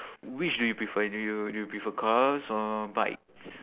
which do you prefer do you do you prefer cars or bikes